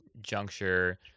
juncture